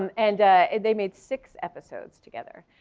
um and they made six episodes together.